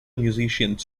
musicians